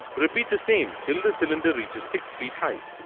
repeat the same till the cylinder reaches six feet height.